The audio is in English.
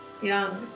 Young